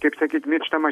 kaip sakyt mirštama